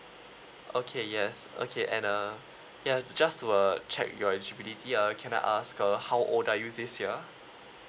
okay yes okay and uh ya it's just to uh check your eligibility uh can I ask uh how old are you this year